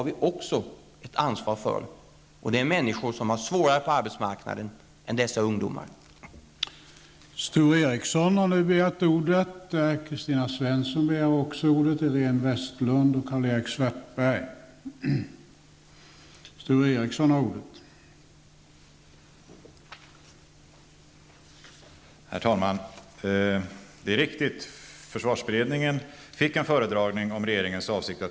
Vi har ett ansvar också för dessa människor, som har det svårare på arbetsmarknaden än de ungdomar vi nu talar om.